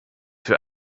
für